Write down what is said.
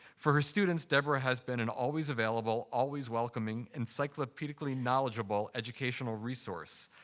for her students, deborah has been an always available, always welcoming, encyclopedically knowledgeable educational resource.